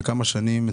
לכמה שנים?